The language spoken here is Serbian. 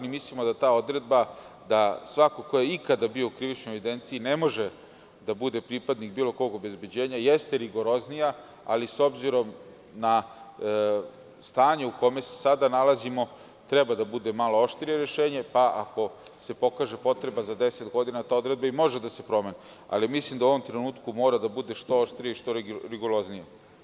Mislim da ta odredba, da svako ko je ikad bio u krivičnoj evidenciji ne može da bude pripadnik bilo kog obezbeđenja, jeste rigoroznija, ali s obzirom na stanje u kome se sada nalazimo, treba da bude malo oštrije rešenje, pa ako se pokaže potreba, za deset godina ta odredba i može da se promeni, ali mislim da u ovom trenutku mora da bude što oštrija i što rigoroznija.